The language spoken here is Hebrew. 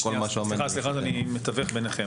סליחה שאני מתווך בניכם.